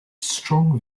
strong